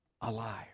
alive